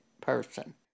person